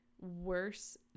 worse